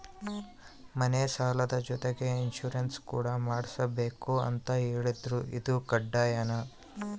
ಮನೆ ಸಾಲದ ಜೊತೆಗೆ ಇನ್ಸುರೆನ್ಸ್ ಕೂಡ ಮಾಡ್ಸಲೇಬೇಕು ಅಂತ ಹೇಳಿದ್ರು ಇದು ಕಡ್ಡಾಯನಾ?